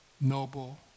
noble